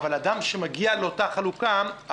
האדם שמגיע לאותה חלוקה,